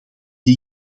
die